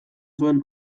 zuen